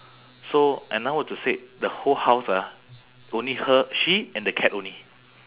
so and now were to say the whole house ah only her she and the cat only